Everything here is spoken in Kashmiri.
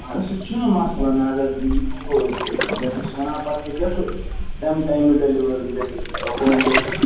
آ سُہ چھُنہٕ مَسلہٕ نظر دِتھ ہٮ۪کو أسۍ یِتھ مگر بہٕ چھُس وَنان پَتہٕ ہیٚکیٛاہ سُہ تَمہِ ٹایمہٕ ڈیٚلِوَر گٔژھِتھ ہوم ڈیِٚلوری